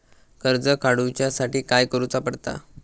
कर्ज काडूच्या साठी काय करुचा पडता?